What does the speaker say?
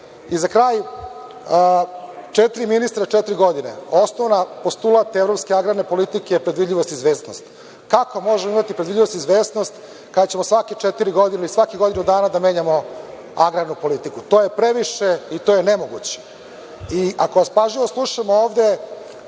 za kraj četiri ministra, četiri godine. Osnovni postulat evropske agrarne politike je predvidljivost i izvesnost. Kako možemo imati predvidljivost i izvesnost kada ćemo svake četiri godine i svakih godinu dana da menjamo agrarnu politiku? To je previše i to je nemoguće. Ako vas pažljivo slušamo ovde